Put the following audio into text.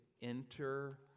enter